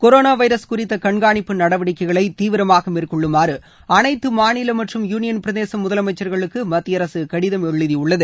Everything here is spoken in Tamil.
கொரோனா வைரஸ் குறித்த கண்காணிப்பு நடவடிக்கைகளை தீவிரமாக மேற்கொள்ளுமாறு அனைத்து மாநில மற்றும் யுனியன் பிரதேச முதலமைச்சர்களுக்கு மத்திய அரசு கடிதம் எழுதியுள்ளது